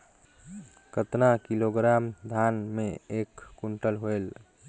कतना किलोग्राम धान मे एक कुंटल होयल?